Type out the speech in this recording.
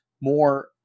more